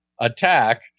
attack